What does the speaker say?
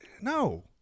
no